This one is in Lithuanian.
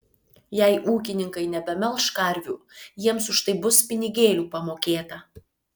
jei ūkininkai nebemelš karvių jiems už tai bus pinigėlių pamokėta